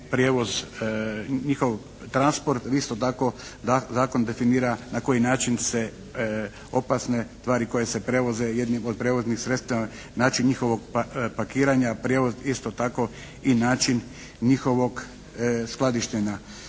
prijevoz, njihov transport. Isto tako, zakon definira na koji način se opasne tvari koje se prevoze jednim od prevoznih sredstava, način njihovog pakiranja, prijevoz isto tako i način njihovog skladištenja.